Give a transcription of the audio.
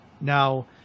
Now